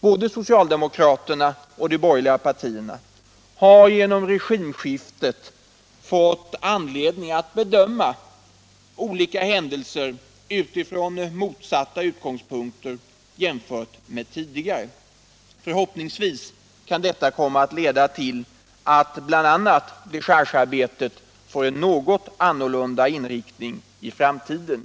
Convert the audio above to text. Både socialdemokraterna och de borgerliga partierna har genom regimskiftet fått anledning att bedöma olika händelser utifrån motsatta utgångspunkter jämfört med tidigare. Förhoppningsvis kan detta komma att leda till att bl.a. dechargearbetet får en något annorlunda inriktning i framtiden.